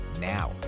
now